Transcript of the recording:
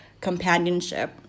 companionship